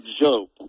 joke